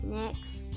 next